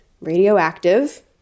radioactive